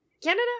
Canada